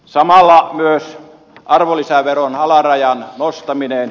samalla myös arvonlisäveron alarajan nostaminen